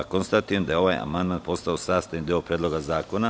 Konstatujem da je ovaj amandman postao sastavni deo Predloga zakona.